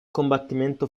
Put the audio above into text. combattimento